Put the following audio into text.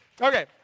Okay